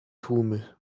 tłumy